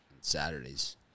Saturdays